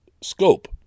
scope